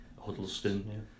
Huddleston